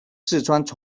四川